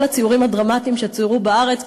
כל הציורים הדרמטיים שצוירו בארץ,